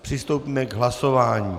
Přistoupíme k hlasování.